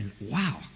Wow